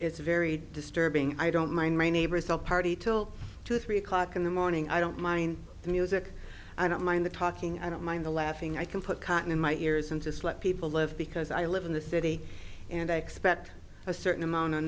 it's very disturbing i don't mind my neighbors all party till two three o'clock in the morning i don't mind the music i don't mind the talking i don't mind the laughing i can put cotton in my ears and just let people live because i live in the city and i expect a certain amount of